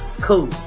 cool